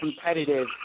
competitive